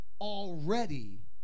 already